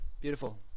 Beautiful